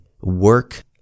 work